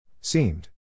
Seemed